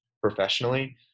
professionally